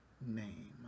name